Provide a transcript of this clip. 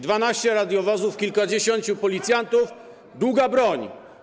12 radiowozów, kilkudziesięciu policjantów, długa broń.